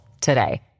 today